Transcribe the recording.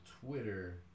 Twitter